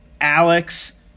Alex